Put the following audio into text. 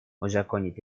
узаконить